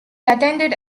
attended